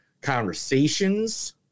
conversations